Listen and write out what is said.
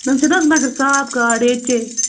نۅم چھِ نہٕ حظ مگر صاف گاڈٕ ییٚتہِ چے